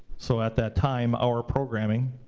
so at that time, our programming,